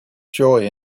joy